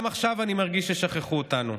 גם עכשיו אני מרגיש ששכחו אותנו.